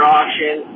Auction